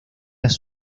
las